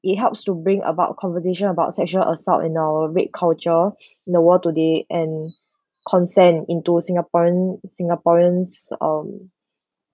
it helps to bring about conversation about sexual assault in our rape culture in the world today and consent into singaporean singaporeans um